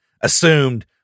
assumed